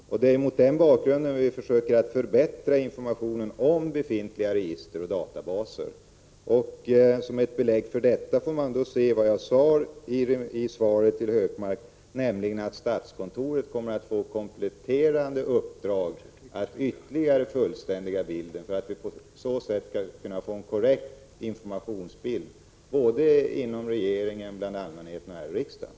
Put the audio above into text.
Det är mot den bakgrunden vi försöker förbättra informationen om befintliga register och databaser. Som ett belägg för detta får tas det som jag sade i svaret till Gunnar Hökmark, att statskontoret kommer att ges kompletterande uppdrag att ytterligare fullständiga bilden, för att vi på så sätt skall kunna få en korrekt information inom regeringen, bland allmänheten och här i riksdagen.